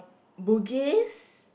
Bugis